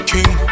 King